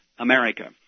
America